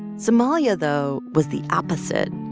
somalia, though, was the opposite.